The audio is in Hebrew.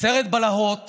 סרט בלהות